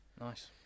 Nice